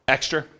Extra